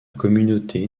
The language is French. communauté